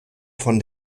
von